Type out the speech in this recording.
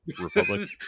republic